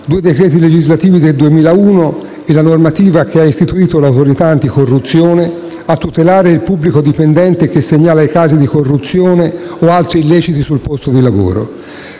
due decreti legislativi del 2001 e la normativa che ha istituito l'Autorità anticorruzione a tutelare il pubblico dipendente che segnala i casi di corruzione o altri illeciti sul posto di lavoro: